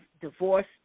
divorce